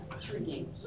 three